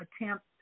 attempt